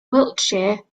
wiltshire